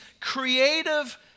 creative